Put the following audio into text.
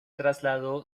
trasladó